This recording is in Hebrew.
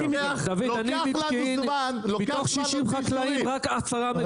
בפקיעין, מתוך 60 חקלאים - רק עשרה מגדלים.